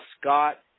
Scott